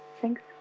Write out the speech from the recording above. Thanks